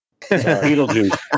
Beetlejuice